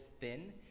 thin